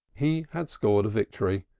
he had scored a victory,